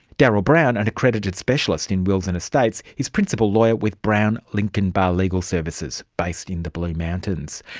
darryl browne, an accredited specialist in wills and estates, is principal lawyer with browne linkenbagh legal services, based in the blue mountains.